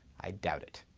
i doubt it.